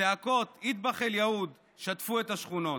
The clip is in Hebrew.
צעקות "אד'בח אל-יהוד" שטפו את השכונות.